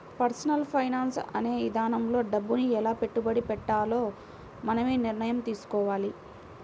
personal finance అనే ఇదానంలో డబ్బుని ఎలా పెట్టుబడి పెట్టాలో మనమే నిర్ణయం తీసుకోవాలి